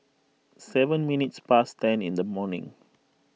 seven minutes past ten in the morning